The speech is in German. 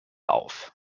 auf